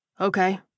Okay